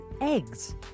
eggs